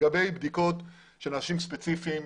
לגבי בדיקות של אנשים ספציפיים.